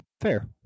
Fair